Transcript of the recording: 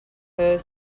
her